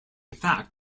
fact